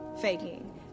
faking